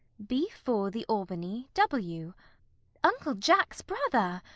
b. four, the albany, w uncle jack's brother!